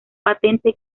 patente